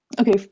okay